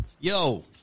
Yo